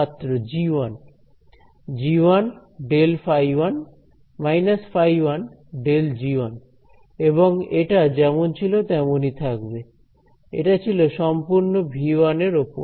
ছাত্র g 1 g1∇ϕ1 − ϕ1∇g1 এবং এটা যেমন ছিল তেমনই থাকবে এটা ছিল সম্পূর্ণ V 1 এর ওপর